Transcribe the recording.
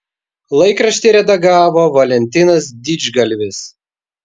laikraštį redagavo valentinas didžgalvis